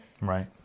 right